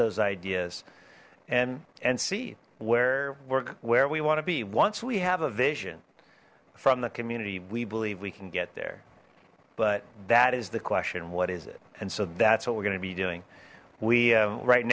those ideas and and see where we're where we want to be once we have a vision from the community we believe we can get there but that is the question what is it and so that's what we're going to be doing we right